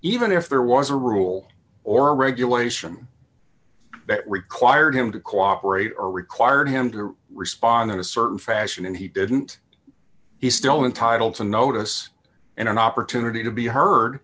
even if there was a rule or regulation that required him to cooperate or required him to respond in a certain fashion and he didn't he still entitle to notice and an opportunity to be heard